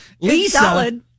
Lisa